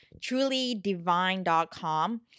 trulydivine.com